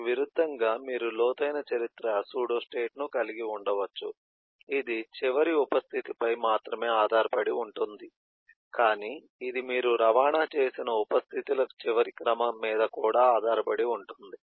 దీనికి విరుద్ధంగా మీరు లోతైన చరిత్ర సూడోస్టేట్ ను కలిగి ఉండవచ్చు ఇది చివరి ఉప స్థితిపై మాత్రమే ఆధారపడి ఉంటుంది కానీ ఇది మీరు రవాణా చేసిన ఉప స్థితిల చివరి క్రమం మీద కూడా ఆధారపడి ఉంటుంది